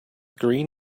green